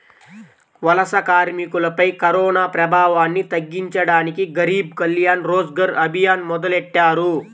వలస కార్మికులపై కరోనాప్రభావాన్ని తగ్గించడానికి గరీబ్ కళ్యాణ్ రోజ్గర్ అభియాన్ మొదలెట్టారు